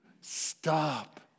stop